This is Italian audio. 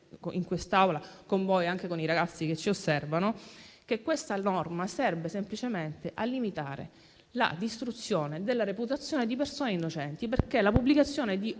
in quest'Aula con voi, anche con i ragazzi che ci osservano, è che questa norma serve semplicemente a limitare la distruzione della reputazione di persone innocenti. La pubblicazione di